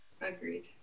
agreed